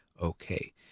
okay